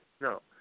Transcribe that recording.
no